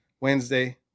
Wednesday